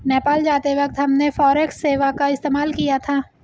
नेपाल जाते वक्त हमने फॉरेक्स सेवा का इस्तेमाल किया था